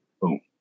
Boom